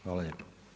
Hvala lijepo.